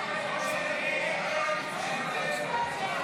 הסתייגות 1 לא נתקבלה.